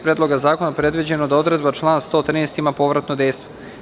Predloga zakona predviđeno da odredba člana 113. ima povratno dejstvo.